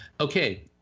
okay